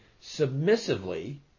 submissively